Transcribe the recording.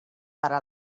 para